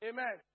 Amen